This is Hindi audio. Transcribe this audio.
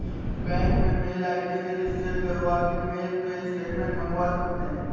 बैंक में मेल आई.डी रजिस्टर करवा के मेल पे स्टेटमेंट मंगवा सकते है